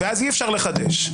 ואז אי-אפשר לחדש.